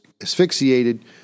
asphyxiated